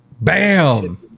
Bam